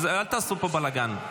אל תעשו פה בלגן.